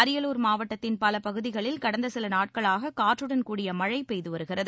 அரியலூர் மாவட்டத்தின் பல பகுதிகளில் கடந்த சில நாட்களாக காற்றுடன் கூடிய மழை பெய்துவருகிறது